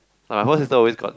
my first sister always got